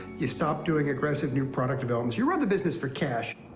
you stop doing aggressive new product developments you run the business for cash.